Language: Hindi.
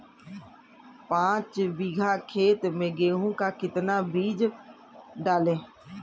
पाँच बीघा खेत में गेहूँ का कितना बीज डालें?